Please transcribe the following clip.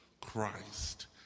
Christ